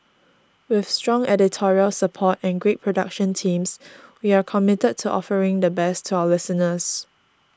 with strong editorial support and great production teams we are committed to offering the best to our listeners